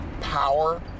power